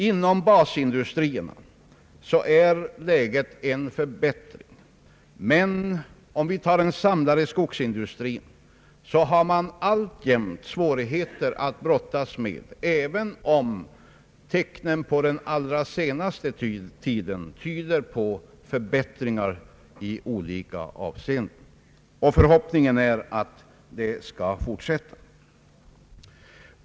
För basindustrierna har det skett en förbättring, men den samlade skogsindustrin har alltjämt svårigheter att brottas med, även om tecknen på den allra senaste tiden tyder på förbättringar i olika avseenden. Vår förhoppning är att detta skall fortsättas.